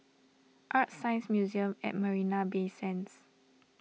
ArtScience Museum at Marina Bay Sands